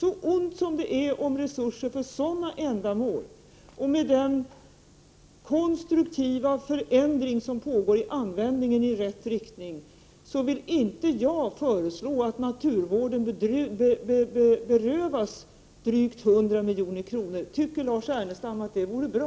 Det är ont om resurser för sådana ändamål. Efter den konstruktiva förändring som pågår i rätt riktning när det gäller användningen av detta bidrag vill jag inte föreslå att naturvården berövas drygt 100 milj.kr. Tycker Lars Ernestam att det vore bra?